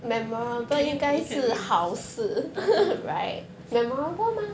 can it it can be